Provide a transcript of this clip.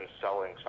selling